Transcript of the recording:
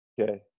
okay